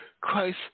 Christ